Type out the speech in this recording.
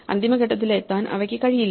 അന്തിമഘട്ടത്തിലെത്താൻ അവക്ക് കഴിയില്ല